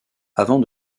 avant